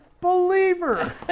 believer